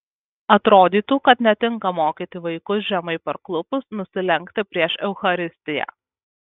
atrodytų kad netinka mokyti vaikus žemai parklupus nusilenkti prieš eucharistiją